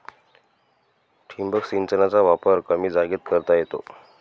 ठिबक सिंचनाचा वापर कमी जागेत करता येतो